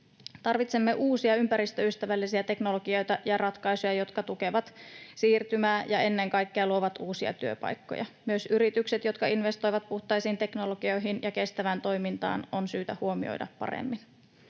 Tarvitsemme uusia, ympäristöystävällisiä teknologioita ja ratkaisuja, jotka tukevat siirtymää ja ennen kaikkea luovat uusia työpaikkoja. Myös yritykset, jotka investoivat puhtaisiin teknologioihin ja kestävään toimintaan, on syytä huomioida paremmin.